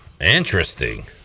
Interesting